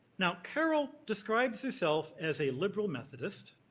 now, carol describes herself as a liberal methodist,